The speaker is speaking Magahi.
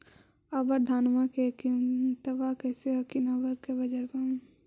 अबर धानमा के किमत्बा कैसन हखिन अपने के बजरबा में?